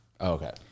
Okay